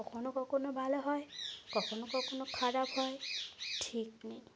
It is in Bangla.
কখনো কখনো ভালো হয় কখনো কখনো খারাপ হয় ঠিক নেই